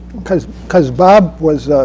because because bob was